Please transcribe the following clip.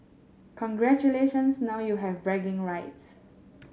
congratulations now you have bragging rights